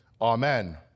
Amen